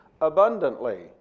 abundantly